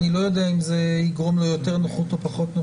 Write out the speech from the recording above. אני לא יודע אם זה יגרום לו ליותר נוחות או פחות נוחות.